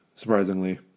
Surprisingly